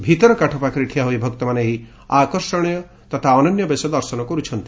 ଭିତର କାଠ ପାଖରେ ଠିଆହୋଇ ଭକ୍ତମାନେ ଏହି ଆକର୍ଷଣୀୟ ବେଶ ଦର୍ଶନ କର୍ଥଛନ୍ତି